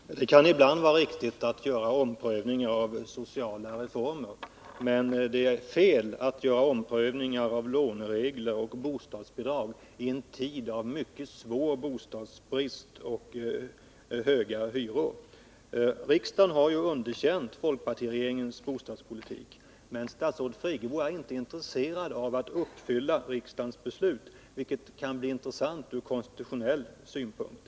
Herr talman! Det kan ibland vara riktigt att göra omprövningar av sociala reformer, men det är fel att göra omprövningar av låneregler och bostadsbidrag i en tid av mycket svår bostadsbrist och höga hyror. Riksdagen har ju underkänt folkpartiregeringens bostadspolitik, men statsrådet Friggebo är inte intresserad av att uppfylla riksdagens beslut, något som kan bli intressant från konstitutionell synpunkt.